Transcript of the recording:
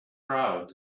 proud